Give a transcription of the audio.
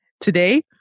Today